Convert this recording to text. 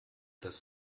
das